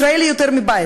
ישראל היא יותר מבית,